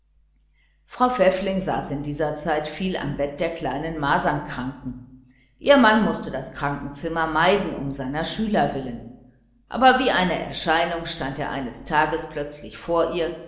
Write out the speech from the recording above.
frau pfäffling saß in dieser zeit viel am bett der kleinen masernkranken ihr mann mußte das krankenzimmer meiden um seiner schüler willen aber wie eine erscheinung stand er eines tages plötzlich vor ihr